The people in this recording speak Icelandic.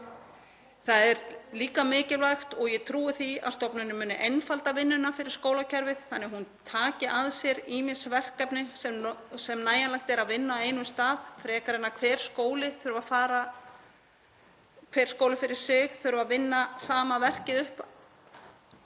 Það er líka mikilvægt og ég trúi því að stofnunin muni einfalda vinnuna fyrir skólakerfið þannig að hún taki að sér ýmis verkefni sem nægjanlegt er að vinna á einum stað frekar en að hver skóli fyrir sig þurfa að vinna samhliða